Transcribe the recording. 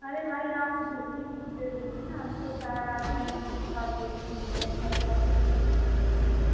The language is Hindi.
अरे भाई आप दूसरी बुक दे देते न हमको चाह रहा था हिन्दी का आप दे दीजिए या मैथ का तो वापस करना ही पड़ेगा न